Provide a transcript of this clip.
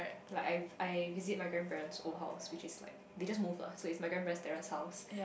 like I I visit my grandparents' old house which is like we just move lah so it's my grandparent's terrace house